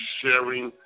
sharing